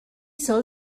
soll